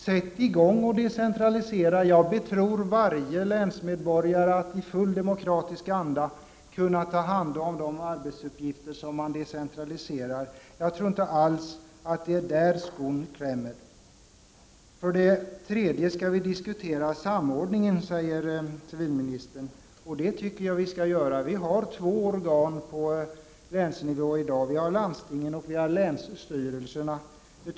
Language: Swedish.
Sätt i gång och decentralisera! Jag betror varje länsmedborgare att i full demokratisk anda kunna ta hand om de arbetsuppgifter som decentraliseras. Jag tror inte alls att det är där skon klämmer. Vi skall vidare diskutera samordningen, säger civilministern, och det tycker jag att vi skall göra. Det finns i dag två organ på länsnivå, nämligen landstingen och länsstyrelserna.